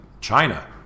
China